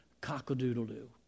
cock-a-doodle-doo